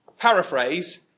Paraphrase